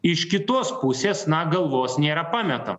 iš kitos pusės na galvos nėra pameta